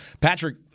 Patrick